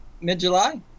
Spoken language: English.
Mid-July